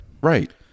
right